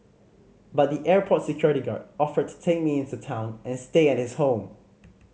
but the airport security guard offered to take me into town and stay at his home